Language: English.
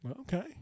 Okay